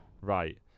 Right